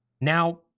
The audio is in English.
Now